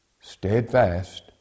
steadfast